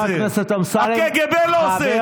חבר הכנסת אמסלם, הקג"ב לא עושה את זה.